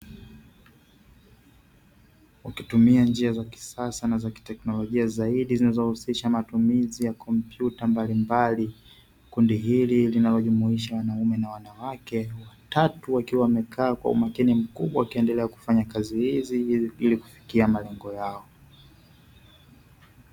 Ukitumia njia za kisasa na zo teknolojia zaidi zinazohusisha matumizi ya kompyuta mbalimbali, kundi hili linalojumuisha wanaume na wanawake watatu wakiwa wamekaa kwa umakini mkubwa, Wakiendelea kufanya kazi hizi ili kufikia malengo yao.